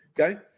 okay